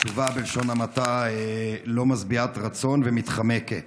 התשובה, בלשון המעטה, לא משביעת רצון ומתחמקת,